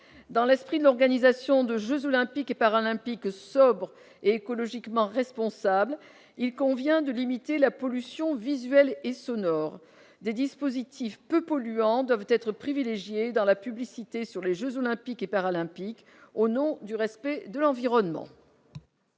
dans l'esprit de l'organisation de jeux olympiques et paralympiques sobre écologiquement responsable, il convient de limiter la pollution visuelle et sonore des dispositifs peu polluants doivent être privilégiés dans la publicité sur les Jeux olympiques et paralympiques au nom du respect de l'environnement.